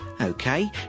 Okay